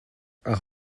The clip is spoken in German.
ach